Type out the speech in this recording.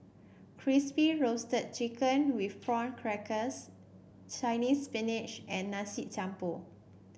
Crispy Roasted Chicken with Prawn Crackers Chinese Spinach and Nasi Campur